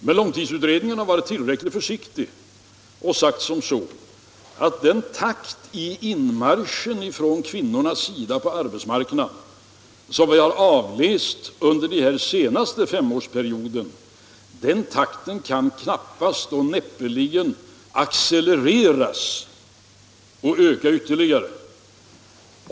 Men långtidsutredningen har varit tillräckligt försiktig och sagt att den takt i inmarschen från kvinnornas sida på arbetsmarknaden som vi har avläst under den senaste femårsperioden knappast kan accelereras ytterligare.